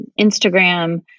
Instagram